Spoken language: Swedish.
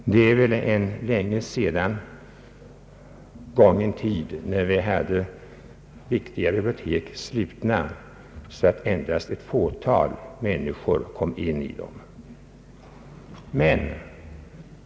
Numera är det rätt länge sedan den tid då viktiga bibliotek var slutna så att endast ett fåtal människor kom in i dem.